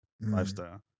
lifestyle